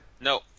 No